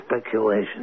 speculation